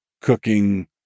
cooking